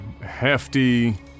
hefty